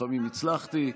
לפעמים הצלחתי,